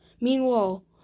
Meanwhile